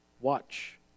watch